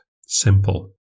simple